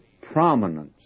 prominence